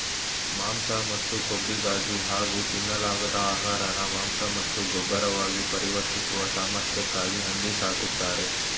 ಮಾಂಸ ಮತ್ತು ಕೊಬ್ಬಿಗಾಗಿ ಹಾಗೂ ತಿನ್ನಲಾಗದ ಆಹಾರನ ಮಾಂಸ ಮತ್ತು ಗೊಬ್ಬರವಾಗಿ ಪರಿವರ್ತಿಸುವ ಸಾಮರ್ಥ್ಯಕ್ಕಾಗಿ ಹಂದಿ ಸಾಕ್ತರೆ